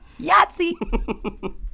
Yahtzee